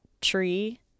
tree